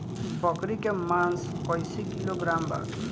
बकरी के मांस कईसे किलोग्राम बा?